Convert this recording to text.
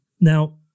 Now